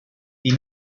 die